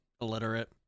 illiterate